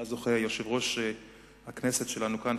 שלה זוכה יושב-ראש הכנסת שלנו כאן,